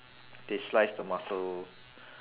they slice the mussel